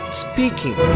speaking